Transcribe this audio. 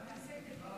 כבוד